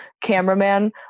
cameraman